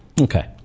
Okay